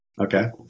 Okay